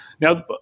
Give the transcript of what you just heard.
Now